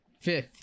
Fifth